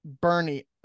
Bernie